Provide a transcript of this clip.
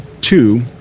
Two